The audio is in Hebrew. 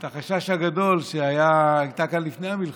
את החשש הגדול שהיה כאן לפני המלחמה.